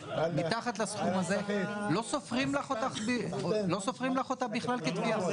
מתחת לסכום הזה, לא סופרים לך אותה בכלל כתביעה.